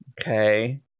okay